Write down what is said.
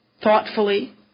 thoughtfully